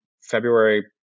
February